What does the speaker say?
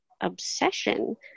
obsession